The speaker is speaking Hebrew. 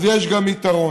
אז יש גם יתרון.